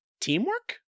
Teamwork